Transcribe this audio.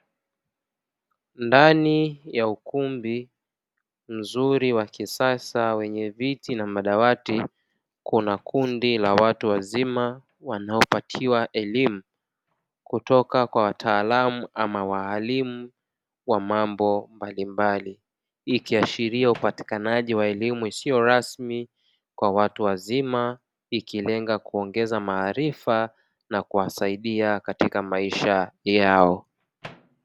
Ndani ya ukumbi mzuri wa kisasa wenye viti na madawati kuna kundi la watu wazima wanaopatiwa elimu, kutoka kwa wataalamu ama waalimu wa mambo mbalimbali. Ikiashiria upatikanaji wa elimu isiyo rasmi kwa watu wazima ikilenga kuongeza maarifa na kuwasaidia katika maisha yao.